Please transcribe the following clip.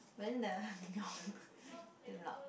but then the no damn loud